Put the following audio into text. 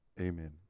Amen